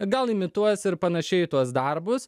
gal imituos ir panašiai tuos darbus